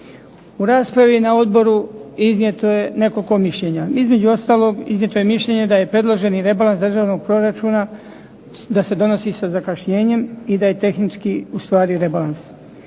U raspravi na odboru iznijeto je nekoliko mišljenja. Između ostalog iznijeto je mišljenje da je predloženi rebalans državnog proračuna, da se donosi sa zakašnjenjem i da je tehnički ustvari rebalans.